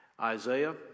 Isaiah